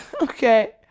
Okay